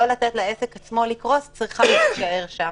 לא לתת לעסק עצמו לקרוס צריכה להישאר שם.